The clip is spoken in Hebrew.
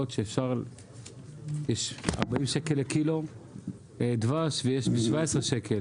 שיש ב-40 שקלים קילו דבש ויש ב-17 שקלים.